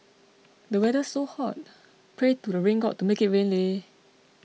the weather's so hot pray to the rain god to make it rain leh